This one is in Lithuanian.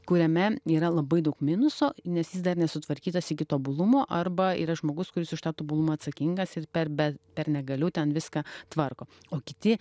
kuriame yra labai daug minuso nes jis dar nesutvarkytas iki tobulumo arba yra žmogus kuris už tą tobulumą atsakingas ir per be per negaliu ten viską tvarko o kiti